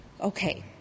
Okay